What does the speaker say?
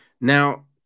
Now